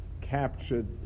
captured